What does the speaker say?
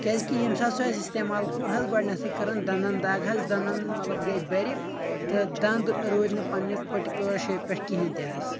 کیٛازِ کہِ ییٚمہِ ساتہِ سُہ اسہِ استعمال کوٚر حظ گۄڈٕنٮ۪تھٕے کٔرٕنۍ دنٛدن دگ حظ دنٛدن مطلب گٔیے برِ تہٕ دنٛد روٗدۍ نہٕ پننہِ پٔٹکیوٗلر جایہِ پٮ۪ٹھ کہیٖنۍ تہِ حظ